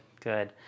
good